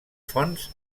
fonts